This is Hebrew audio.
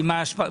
בסדר.